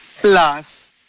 plus